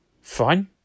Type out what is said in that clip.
Fine